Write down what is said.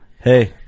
Hey